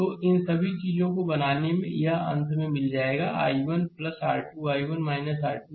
तो इन सभी चीजों को बनाने पर ये एक अंत में मिल जाएगा यह 1 R 2 I1 R 2 I2 v 1 है